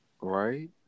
Right